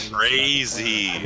Crazy